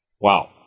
Wow